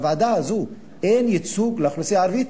בוועדה הזאת אין ייצוג לאוכלוסייה הערבית.